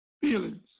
feelings